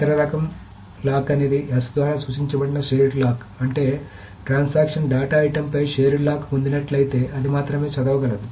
ఇతర రకం లాక్ అనేది S ద్వారా సూచించబడిన షేర్డ్ లాక్ అంటే ట్రాన్సాక్షన్ డేటా ఐటెమ్పై షేర్డ్ లాక్ పొందినట్లయితే అది మాత్రమే చదవగలదు